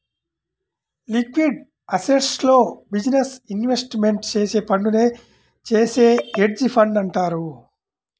liquid అసెట్స్లో business investment చేసే ఫండునే చేసే హెడ్జ్ ఫండ్ అంటారు